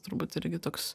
turbūt irgi toks